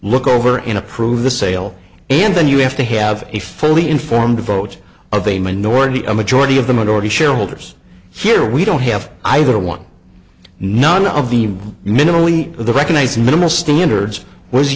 look over in approve the sale and then you have to have a fully informed vote of a minority a majority of the minority shareholders here we don't have either one none of the minimally the recognise minimal standards w